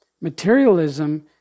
Materialism